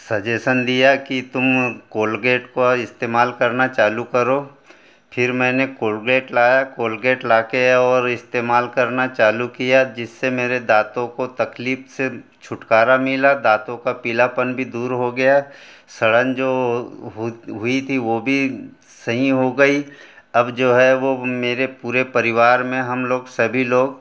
suggestion दिया कि तुम कोलगेट का इस्तेमाल करना चालू करो फिर मैंने कोलगेट लाया कोलगेट ला कर और इस्तेमाल करना चालू किया जिससे मेरे दातों को तकलीफ़ से छुटकारा मिला दातों का पीलापन भी दूर हो गया सड़न जो हुई थी वो भी सहीं हो गई अब जो है वो मेरे पूरे परिवार में हम लोग सभी लोग